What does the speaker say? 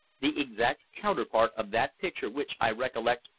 the exact counterpart of that picture which, i recollect,